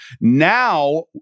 Now